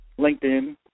LinkedIn